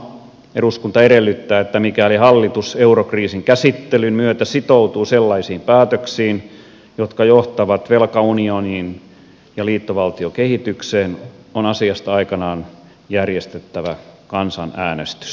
eduskunta edellyttää että mikäli hallitus eurokriisin käsittelyn myötä sitoutuu sellaisiin päätöksiin jotka johtavat velkaunioniin ja liittovaltiokehitykseen on asiasta aikanaan järjestettävä kansanäänestys